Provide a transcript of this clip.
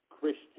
Christian